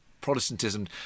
Protestantism